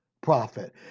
prophet